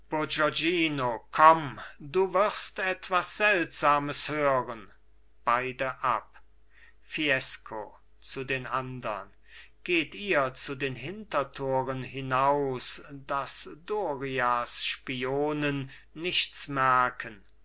komm du wirst etwas seltsames hören beide ab fiesco zu den andern geht ihr zu den hintertoren hinaus daß dorias spionen nichts merken